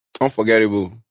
unforgettable